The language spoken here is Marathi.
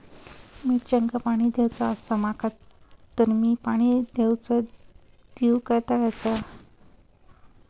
मिरचांका पाणी दिवचा आसा माका तर मी पाणी बायचा दिव काय तळ्याचा?